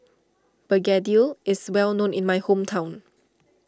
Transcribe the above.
Begedil is well known in my hometown